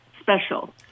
special